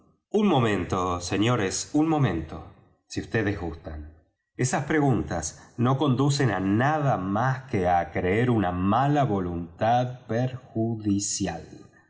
un momento señores un momento si vds gustan esas preguntas no conducen á nada más que á creer una mala voluntad perjudicial